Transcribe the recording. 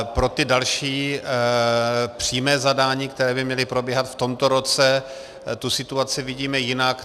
Pro ty další, přímé zadání, které by měly probíhat v tomto roce, tu situaci vidíme jinak.